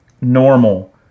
normal